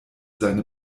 seine